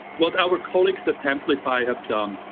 what our colleagues at templafy have done.